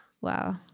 Wow